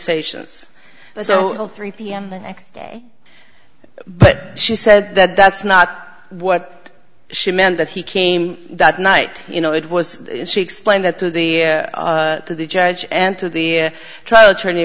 sations so all three pm the next day but she said that that's not what she meant that he came that night you know it was she explained that to the to the judge and to the trial attorney